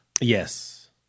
Yes